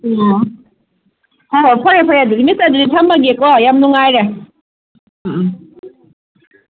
ꯑꯣ ꯍꯣꯏ ꯐꯔꯦ ꯐꯔꯦ ꯑꯗꯨꯗꯤ ꯃꯤꯁ ꯑꯗꯨꯗꯤ ꯊꯝꯃꯒꯦꯀꯣ ꯌꯥꯝ ꯅꯨꯡꯉꯥꯏꯔꯦ ꯎꯝ ꯎꯝ